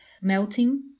melting